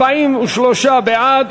43 בעד.